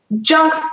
junk